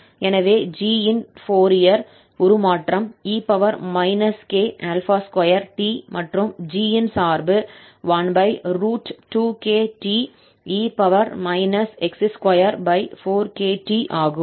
எனவே g ன் Fourier உருமாற்றம் e k2t மற்றும் g ன் சார்பு 12kte x24kt ஆகும்